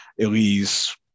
Elise